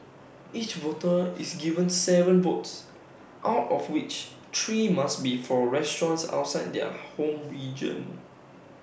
each voter is given Seven votes out of which three must be for restaurants outside their home region